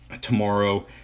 tomorrow